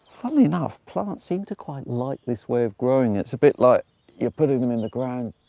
funnily enough, plants seem to quite like this way of growing. it's a bit like you're putting them in the ground.